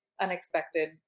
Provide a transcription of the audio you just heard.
unexpected